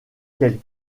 qu’elle